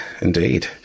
Indeed